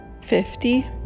fifty